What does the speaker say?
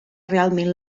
realment